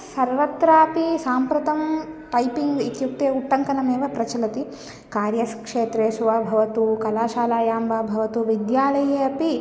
सर्वत्रापि साम्प्रतं टैपिङ्ग् इत्युक्ते उट्टङ्कनमेव प्रचलति कार्यक्षेत्रेषु वा भवतु कलाशालायां वा भवतु विद्यालये अपि